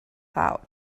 out